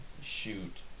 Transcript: shoot